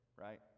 right